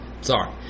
sorry